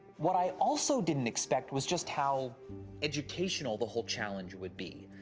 what i also didn't expect was just how educational the whole challenge would be.